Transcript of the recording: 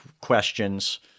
questions